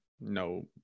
No